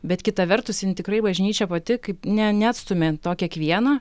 bet kita vertus jin tikrai bažnyčia pati kaip ne neatstumia to kiekvieno